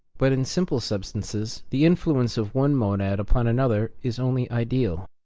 but in simple substances the influence of one monad upon another is only ideal,